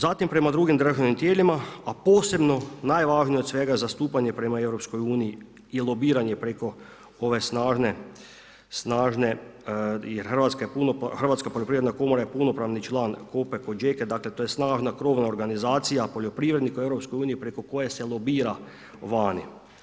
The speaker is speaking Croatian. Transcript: Zatim, prema drugim državnim tijelima, a posebno, najvažnije od svega, zastupanje prema EU i lobiranje preko ove snažne, Hrvatska poljoprivredna komora je punopravni član, ... tako to je snažna krovna organizacija poljoprivrednika u EU preko koje se lobira vani.